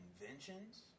inventions